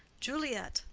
juliet,